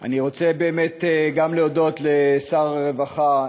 אני רוצה באמת גם להודות לשר הרווחה,